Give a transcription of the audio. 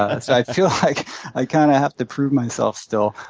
i feel like i kind of have to prove myself still.